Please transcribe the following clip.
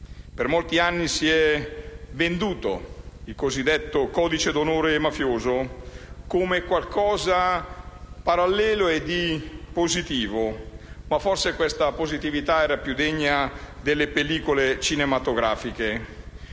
Per molti anni si è venduto il cosiddetto codice d'onore mafioso come qualcosa di parallelo e di positivo, ma forse questa positività era più degna delle pellicole cinematografiche;